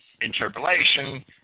interpolation